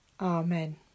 Amen